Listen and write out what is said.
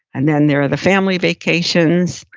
and then there are the family vacations.